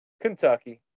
Kentucky